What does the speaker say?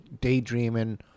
daydreaming